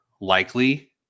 likely